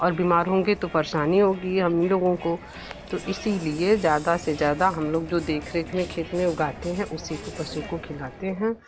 और बीमार होंगे तो परेशानी होगी हम ही लोगों को तो इसीलिए ज़्यादा से ज़्यादा हम लोग जो देख रेख में खेत में उगाते हैं उसी को पशु को खिलाते हैं